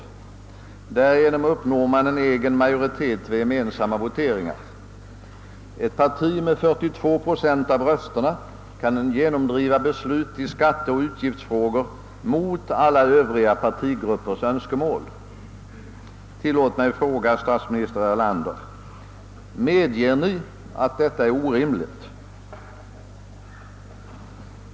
Därigenom uppnår de en egen majoritet vid gemensamma voteringar. Ett parti med 42 procent av rösterna kan alltså genomdriva beslut i skatteoch utgiftsfrågor mot alla övriga partigruppers önskemål. Tillåt mig fråga statsminister Erlander: Medger ni att detta är orimligt?